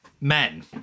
Men